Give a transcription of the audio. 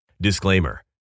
Disclaimer